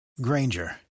Granger